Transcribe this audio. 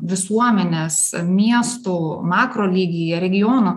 visuomenės miestų makrolygyje regionų